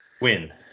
Win